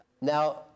Now